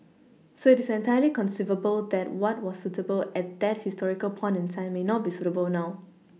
so it is entirely conceivable that what was suitable at that historical point in time may not be suitable now